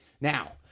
Now